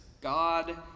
God